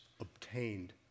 obtained